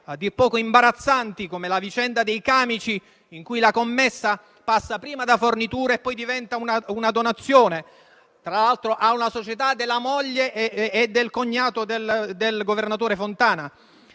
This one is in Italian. a dir poco imbarazzanti, come la vicenda dei camici, in cui la commessa passa prima da fornitura e poi diventa una donazione, tra l'altro a una società della moglie e del cognato del governatore Fontana;